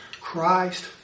christ